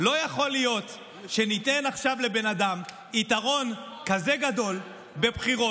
לא יכול להיות שניתן עכשיו לבן אדם יתרון כזה גדול בבחירות